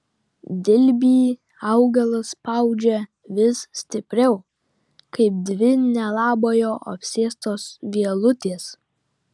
dilbį augalas spaudžia vis stipriau kaip dvi nelabojo apsėstos vielutės